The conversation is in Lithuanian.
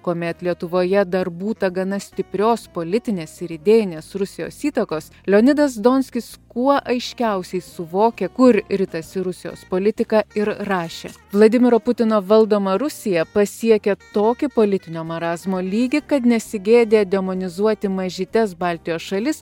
kuomet lietuvoje dar būta gana stiprios politinės ir idėjinės rusijos įtakos leonidas donskis kuo aiškiausiai suvokė kur ritasi rusijos politika ir rašė vladimiro putino valdoma rusija pasiekė tokį politinio marazmo lygį kad nesigėdija demonizuoti mažytes baltijos šalis